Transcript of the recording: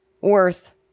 Worth